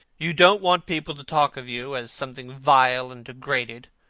you don't want people to talk of you as something vile and degraded.